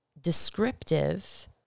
descriptive